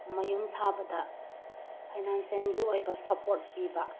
ꯃꯌꯨꯝ ꯁꯥꯕꯗ ꯐꯥꯏꯅꯥꯟꯁꯦꯟꯒꯤ ꯑꯣꯏꯕ ꯁꯞꯄꯣꯠ ꯄꯤꯕ